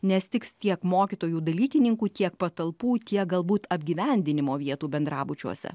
nes tiks tiek mokytojų dalykininkų tiek patalpų tiek galbūt apgyvendinimo vietų bendrabučiuose